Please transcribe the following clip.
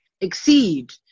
exceed